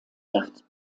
gert